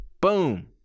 boom